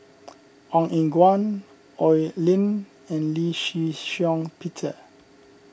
Ong Eng Guan Oi Lin and Lee Shih Shiong Peter